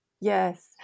Yes